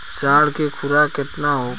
साढ़ के खुराक केतना होला?